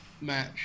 match